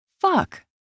Fuck